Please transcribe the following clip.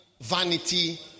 vanity